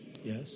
yes